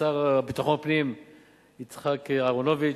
לשר לביטחון פנים יצחק אהרונוביץ,